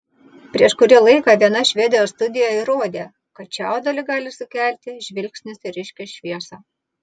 prieš kurį laiką viena švedijos studija įrodė kad čiaudulį gali sukelti žvilgsnis į ryškią šviesą